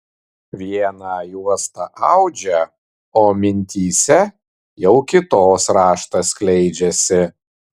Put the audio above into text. vieną juostą audžia o mintyse jau kitos raštas skleidžiasi